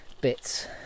bits